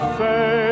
say